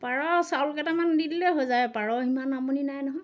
পাৰ চাউল কেইটামান দি দিলেই হৈ যায় পাৰ সিমান আমনি নাই নহয়